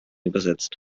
übersetzt